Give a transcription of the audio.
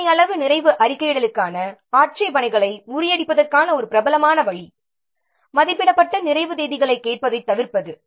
பகுதியளவு நிறைவு அறிக்கையிடலுக்கான ஆட்சேபனைகளை முறியடிப்பதற்கான ஒரு பிரபலமான வழி மதிப்பிடப்பட்ட நிறைவு தேதிகளைக் கேட்பதைத் தவிர்ப்பது